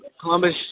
Columbus